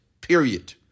Period